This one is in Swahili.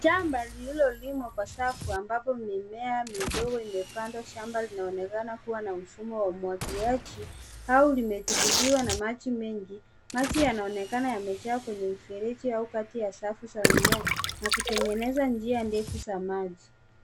Shamba lililolimwa kwa safu ambapo mimea midogo imepandwa, shamba linaonekana kua na mfumo wa umwagiliaji au limedhibitiwa na maji mengi, maji yanaonekana yamejaa kwenye mfereji au kati ya safu za mimea na kutengeneza njia ndefu za maji.